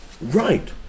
Right